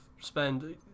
spend